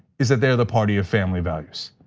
is that they're the party of family values,